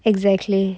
exactly